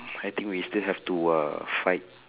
I think we still have to uh fight